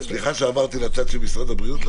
סליחה שעברתי לרגע לצד הבריאות.